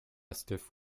stiff